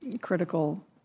critical